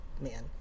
man